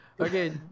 Okay